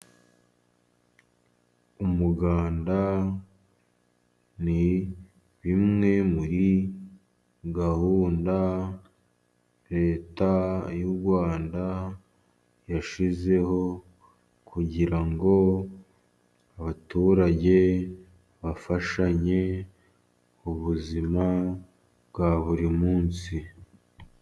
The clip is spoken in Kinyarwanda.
Umuganda ni bimwe muri gahunda Leta y'u Rwanda yashyizeho kugira ngo abaturage bafashanye ubuzima bwa buri munsi.